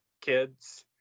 kids